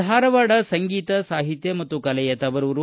ಧಾರವಾಡ ಸಂಗೀತ ಸಾಹಿತ್ಯ ಮತ್ತು ಕಲೆಯ ತವರೂರು